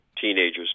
teenagers